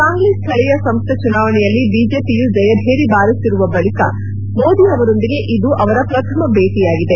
ಸಾಂಗ್ಲಿ ಸ್ನಳೀಯ ಸಂಸ್ಥೆ ಚುನಾವಣೆಯಲ್ಲಿ ಬಿಜೆಪಿಯು ಜಯಭೇರಿ ಬಾರಿಸಿರುವ ಬಳಿಕ ಮೋದಿ ಅವರೊಂದಿಗೆ ಇದು ಅವರ ಪ್ರಥಮ ಭೇಟಿಯಾಗಿದೆ